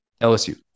lsu